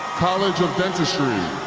college of dentistry